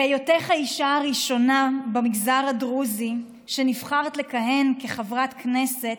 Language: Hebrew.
בהיותך האישה הראשונה מהמגזר הדרוזי שנבחרה לכהן כחברת כנסת,